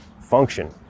function